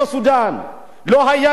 נכנסתי בצורה בלתי חוקית,